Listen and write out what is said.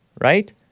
right